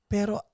Pero